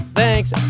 Thanks